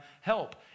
help